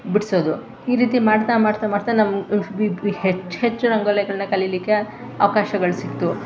ಬಿಡಿಸೋದು ಈ ರೀತಿ ಮಾಡ್ತಾ ಮಾಡ್ತಾ ಮಾಡ್ತಾ ನಾವು ವಿ ಹೆಚ್ಚು ಹೆಚ್ಚು ರಂಗೋಲಿಗಳ್ನ ಕಲೀಲಿಕ್ಕೆ ಅವಕಾಶಗಳು ಸಿಗ್ತು